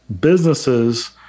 businesses